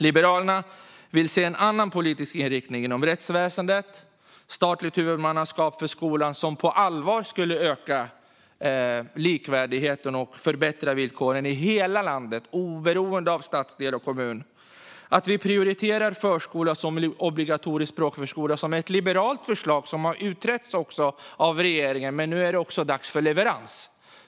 Liberalerna vill se en annan politisk inriktning inom rättsväsendet och ett statligt huvudmannaskap för skolan. Detta skulle på allvar öka likvärdigheten och förbättra villkoren i hela landet, oberoende av stadsdel och kommun. Liberalerna vill också se att vi prioriterar obligatorisk språkförskola. Detta är ett liberalt förslag. Det har utretts av regeringen, men nu är det dags för leverans.